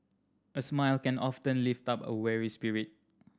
a smile can often lift up a weary spirit